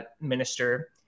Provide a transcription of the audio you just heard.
minister